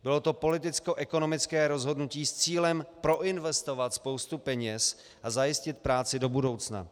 Bylo to politickoekonomické rozhodnutí s cílem proinvestovat spoustu peněz a zajistit práci do budoucna.